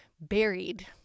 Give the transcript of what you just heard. buried